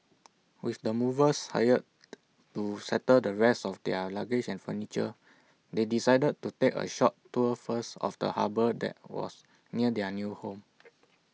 with the movers hired to settle the rest of their luggage and furniture they decided to take A short tour first of the harbour that was near their new home